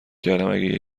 کردم؟ اگه